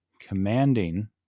commanding